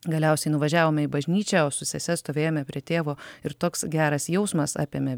galiausiai nuvažiavome į bažnyčią o su sese stovėjome prie tėvo ir toks geras jausmas apėmė